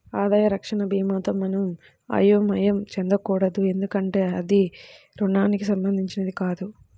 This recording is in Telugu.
ఆదాయ రక్షణ భీమాతో మనం అయోమయం చెందకూడదు ఎందుకంటే ఇది రుణానికి సంబంధించినది కాదు